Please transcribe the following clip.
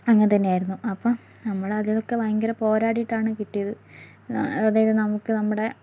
അങ്ങനെ തന്നെയായിരുന്നു അപ്പം നമ്മളാദ്യമൊക്കെ ഭയങ്കര പോരാടിയിട്ടാണ് കിട്ടിയത് അതായത് നമുക്ക് നമ്മുടെ